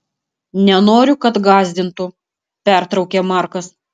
nenoriu kad gąsdintų pertraukia markas